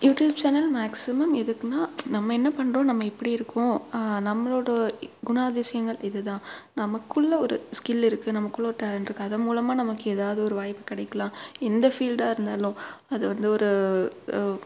YouTube channel maximum எதுக்குனா நம்ம என்ன பண்ணுறோம் நம்ம எப்படி இருக்கோம் நம்மளோடய குணாதிசயங்கள் இது தான் நமக்குள்ளே ஒரு ஸ்கில்லு இருக்குது நமக்குள்ளே ஒரு டேலண்ட் இருக்குது அதன் மூலமாக நமக்கு எதாவது ஒரு வாய்ப்பு கிடைக்கலாம் எந்த ஃபீல்டாக இருந்தாலும் அதை வந்து ஒரு